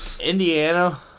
Indiana